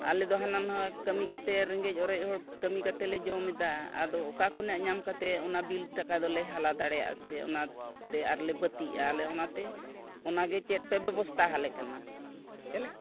ᱟᱞᱮᱫᱚ ᱦᱟᱱᱟ ᱱᱟᱦᱟᱜ ᱠᱟᱹᱢᱤ ᱠᱟᱛᱮ ᱨᱮᱸᱜᱮᱡ ᱚᱨᱮᱡ ᱦᱚᱲ ᱠᱟᱹᱢᱤ ᱠᱟᱛᱮᱞᱮ ᱡᱚᱢ ᱮᱫᱟ ᱟᱫᱚ ᱚᱠᱟ ᱠᱷᱚᱱᱟᱜ ᱧᱟᱢ ᱠᱟᱛᱮ ᱚᱱᱟ ᱵᱤᱞ ᱴᱟᱠᱟ ᱫᱚᱞᱮ ᱦᱟᱞᱟ ᱫᱟᱲᱮᱭᱟᱜᱼᱟ ᱥᱮ ᱚᱱᱟᱛᱮ ᱟᱨᱞᱮ ᱵᱟᱹᱛᱤᱜᱼᱟ ᱟᱞᱮ ᱚᱱᱟᱛᱮ ᱚᱱᱟᱜᱮ ᱪᱮᱫ ᱯᱮ ᱵᱮᱵᱚᱥᱛᱟ ᱟᱞᱮ ᱠᱟᱱᱟ ᱪᱟᱞᱮ